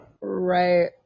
right